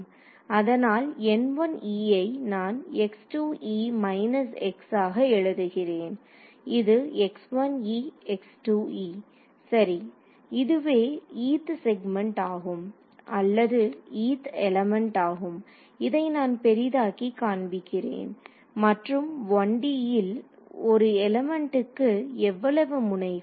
அதனால் N1e ஐ நான் x2e−xஆக எழுதுகிறேன் இது x1ex2e சரி இதுவே eth செக்மென்ட் ஆகும் அல்லது eth எலிமெண்ட் ஆகும் இதை நான் பெரிதாக்கி காண்பிக்கிறேன் மற்றும் 1D ல் ஒரு எலிமெண்ட்டுக்கு எவ்வளவு முனைகள்